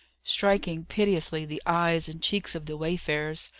striking pitilessly the eyes and cheeks of the wayfarers,